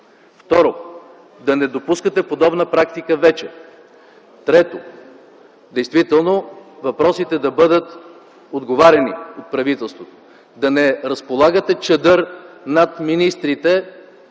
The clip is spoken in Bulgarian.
Второ, да не допускате подобна практика вече. Трето, действително на въпросите да бъде отговаряно от правителството – да не разполагате чадър над министрите,